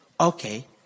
Okay